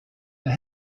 der